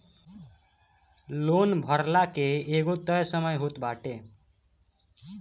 loan भरला के एगो तय समय होत बाटे